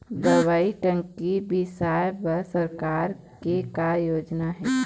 दवई टंकी बिसाए बर सरकार के का योजना हे?